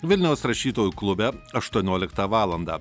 vilniaus rašytojų klube aštuonioliktą valandą